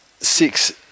Six